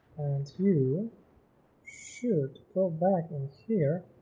and you should go back in here